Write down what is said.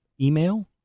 email